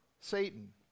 Satan